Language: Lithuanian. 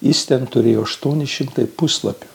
jis ten turėjo aštuoni šimtai puslapių